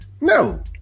No